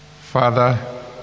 Father